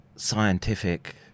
scientific